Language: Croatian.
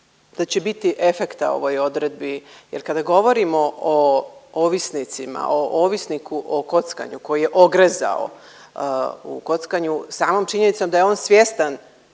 da će biti efekta ovoj odredbi jer kada govorimo o ovisnicima, o ovisniku o kockanju koji je ogrezao u kockanju samom činjenicom da je on svjestan